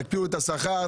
תקפיאו את השכר,